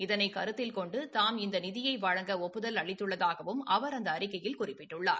இதனை கருத்தில் கொண்டு தாம் இந்த நிதியை வழங்க ஒப்புதல் அளித்துள்ளதாகவும் அவா் அந்த அறிக்கையில் குறிப்பிட்டுள்ளார்